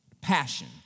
passion